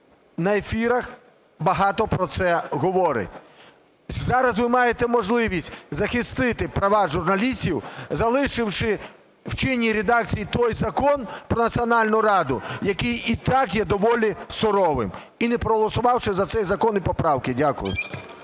на ефірах багато про це говорить. Зараз ви маємо можливість захистити права журналістів, залишивши в чинній редакції той закон про Національну раду, який і так є доволі суровим, і не проголосувавши за цей закон і поправки. Дякую.